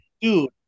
dude